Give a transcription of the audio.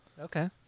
Okay